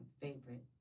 favorite